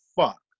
fuck